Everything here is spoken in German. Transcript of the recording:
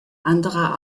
anderer